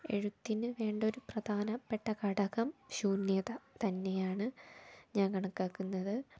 എഴുത്തിന് വേണ്ട ഒരു പ്രധാനപ്പെട്ട ഘടകം ശൂന്യത തന്നെയാണ് ഞാൻ കണക്കാക്കുന്നത്